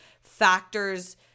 factors